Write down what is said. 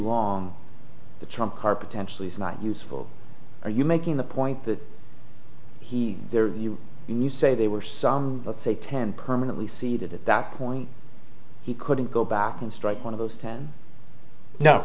long the trump card potentially is not useful are you making the point that he there you can you say they were some let's say ten permanently seated at that point he couldn't go back and strike one of those ten no